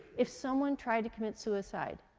if someone tried to commit suicide